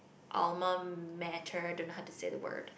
alma mater don't know how to say the word